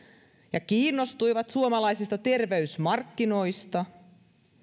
ja kiinnostuivat suomalaisista terveysmarkkinoista